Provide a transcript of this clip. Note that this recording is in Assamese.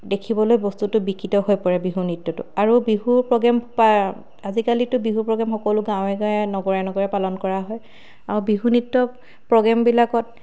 দেখিবলৈ বস্তুটো বিকৃত হৈ পৰে বিহু নৃত্যটো আৰু বিহু প্ৰগ্ৰেম পা আজিকালিটো বিহু প্ৰগ্ৰেম সকলো গাঁৱে গাঁৱে নগৰে নগৰে পালন কৰা হয় আৰু বিহু নৃত্য প্ৰগ্ৰেমবিলাকত